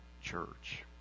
church